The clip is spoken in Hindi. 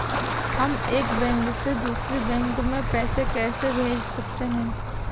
हम एक बैंक से दूसरे बैंक में पैसे कैसे भेज सकते हैं?